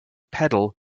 pedal